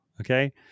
okay